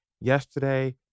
yesterday